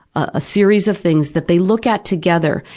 a series of things that they look at together.